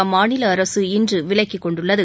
அம்மாநில அரசு இன்று விலக்கிக் கொண்டுள்ளது